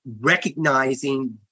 recognizing